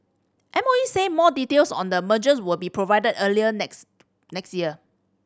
M O E said more details on the mergers will be provided early next next year